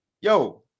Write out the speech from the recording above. yo